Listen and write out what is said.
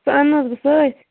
سُہ اَنہ نہ حظ بہٕ سۭتۍ